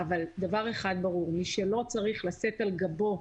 אבל דבר אחד ברור, מי שלא צריך לשאת על גבו,